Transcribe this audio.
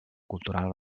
cultural